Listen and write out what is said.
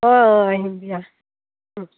অঁ অঁ আহিম দিয়া